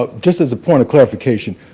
but just as a point of clarification.